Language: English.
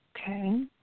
Okay